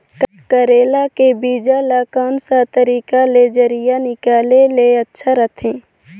करेला के बीजा ला कोन सा तरीका ले जरिया निकाले ले अच्छा रथे?